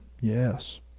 Yes